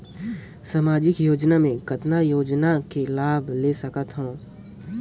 समाजिक योजना मे कतना योजना मे लाभ ले सकत हूं?